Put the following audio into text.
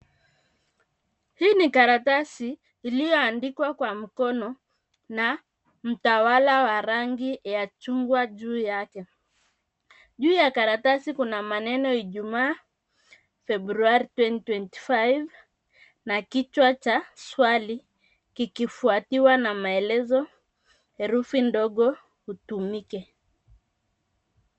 Hii ni karatasi iliyoandikwa kwa mkono na mtawala wa rangi ya chungwa juu yake. Juu ya karatasi kuna maneno Ijumaa, februari 2025 na kichwa cha swali kikifuatiwa na maelezo herufi ndogo hutumike.